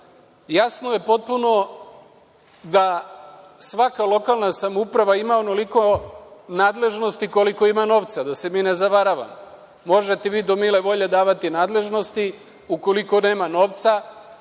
Jasno je potpuno da svaka lokalna samouprava ima onoliko nadležnosti koliko ima novca. Da se mi ne zavaravamo, možete vi do mile volje davati nadležnosti, ukoliko nema novca,